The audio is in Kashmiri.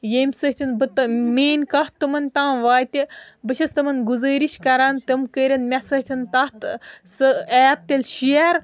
ییٚمہِ سۭتۍ بہٕ تہٕ میٛٲنۍ کَتھ تِمَن تام واتہِ بہٕ چھیٚس تِمَن گُزٲرِش کَران تِم کٔرِن مےٚ سۭتۍ تَتھ ٲں سۄ ایپ تیٚلہِ شِیر